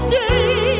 day